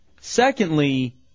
Secondly